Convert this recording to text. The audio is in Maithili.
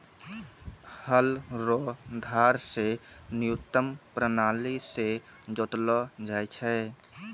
हल रो धार से न्यूतम प्राणाली से जोतलो जाय छै